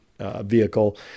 vehicle